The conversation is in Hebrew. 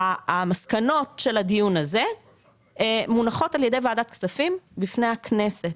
המסקנות של הדיון הזה מונחות על ידי ועדת כספים בפני הכנסת.